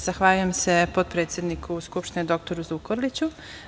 Zahvaljujem se potpredsedniku Skupštine dr Zukorliću.